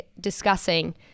discussing